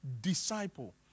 disciple